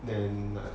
then like